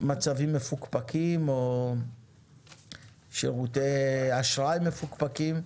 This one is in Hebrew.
מצבים מפוקפקים או שירותי אשראי מפוקפקים.